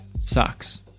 sucks